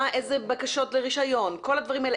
איזה בקשות לרישיון וכולי.